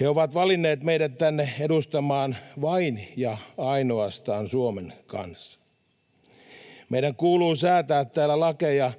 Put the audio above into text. He ovat valinneet meidät tänne edustamaan vain ja ainoastaan Suomen kansaa. Meidän kuuluu säätää täällä lakeja